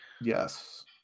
Yes